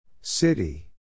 City